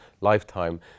lifetime